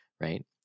right